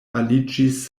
aliĝis